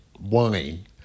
wine